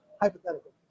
hypothetical